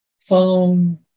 phone